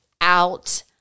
out